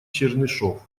чернышев